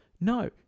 No